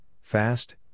fast